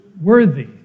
worthy